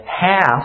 half